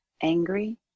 angry